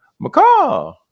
mccall